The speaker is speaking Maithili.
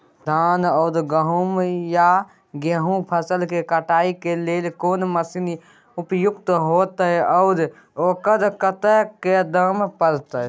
धान आ गहूम या गेहूं फसल के कटाई के लेल कोन मसीन उपयुक्त होतै आ ओकर कतेक दाम परतै?